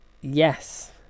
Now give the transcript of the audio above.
Yes